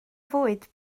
fwyd